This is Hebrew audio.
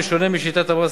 בשונה משיטת המס,